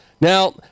Now